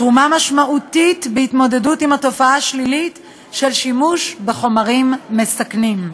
תרומה משמעותית להתמודדות עם התופעה השלילית של שימוש בחומרים מסכנים.